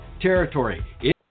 territory